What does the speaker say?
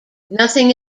nothing